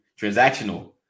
Transactional